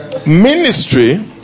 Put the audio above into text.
ministry